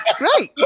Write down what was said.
right